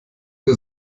der